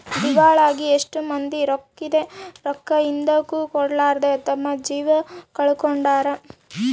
ದಿವಾಳಾಗಿ ಎಷ್ಟೊ ಮಂದಿ ರೊಕ್ಕಿದ್ಲೆ, ರೊಕ್ಕ ಹಿಂದುಕ ಕೊಡರ್ಲಾದೆ ತಮ್ಮ ಜೀವ ಕಳಕೊಂಡಾರ